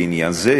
לעניין זה,